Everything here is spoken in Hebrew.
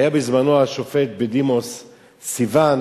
היה בזמנו השופט בדימוס סיון,